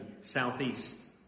southeast